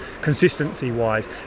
consistency-wise